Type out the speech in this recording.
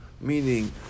meaning